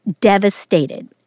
devastated